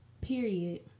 period